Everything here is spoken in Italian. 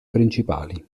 principali